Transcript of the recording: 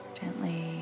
Gently